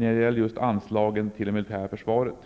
det gäller anslagen till det militära försvaret.